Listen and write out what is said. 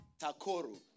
Takoru